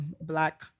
black